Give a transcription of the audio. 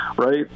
Right